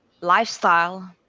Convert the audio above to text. lifestyle